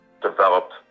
developed